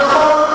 נכון.